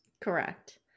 Correct